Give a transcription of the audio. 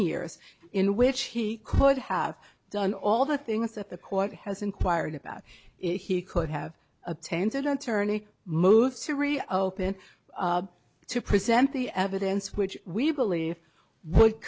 years in which he could have done all the things that the court has inquired about it he could have attended an attorney most serious open to present the evidence which we believe would